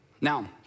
Now